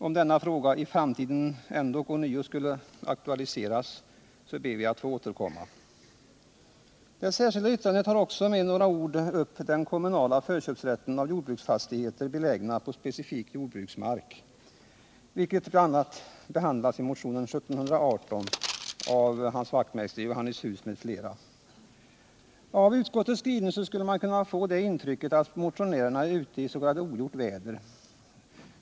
Om denna fråga i framtiden ändock ånyo skulle aktualiseras, ber vi att få återkomma. Av utskottets skrivning skulle man kunna få intrycket att motionärerna är ute is.k. ogjort väder.